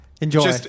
enjoy